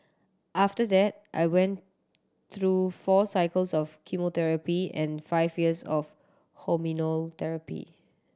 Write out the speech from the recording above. after that I went through four cycles of chemotherapy and five years of hormonal therapy